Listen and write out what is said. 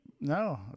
No